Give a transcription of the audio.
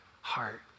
heart